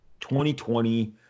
2020